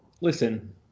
listen